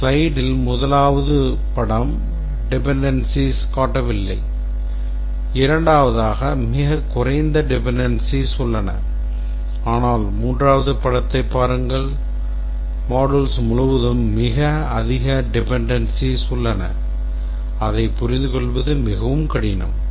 ஸ்லைடில் முதலாவது படம் dependencies காட்டவில்லை இரண்டாவதாக மிகக் குறைந்த dependencies உள்ளன ஆனால் மூன்றாவது படத்தை பாருங்கள் modules முழுவதும் மிக அதிக dependencies உள்ளன அதைப் புரிந்துகொள்வது மிகவும் கடினம்